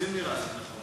לא מי שאחראי לכשל הזה.